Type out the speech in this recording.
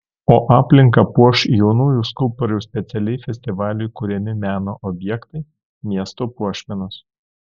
o aplinką puoš jaunųjų skulptorių specialiai festivaliui kuriami meno objektai miesto puošmenos